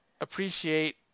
appreciate